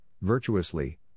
virtuously